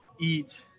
eat